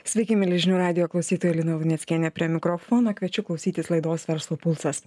sveiki mieli žinių radijo klausytojai lina luneckienė prie mikrofono kviečiu klausytis laidos verslo pulsas